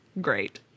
great